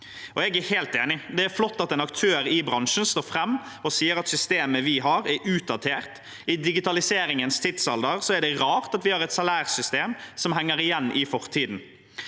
Jeg er helt enig. Det er flott at en aktør i bransjen står fram og sier at systemet vi har, er utdatert. I digitaliseringens tidsalder er det rart at vi har et salærsystem som henger igjen i fortiden.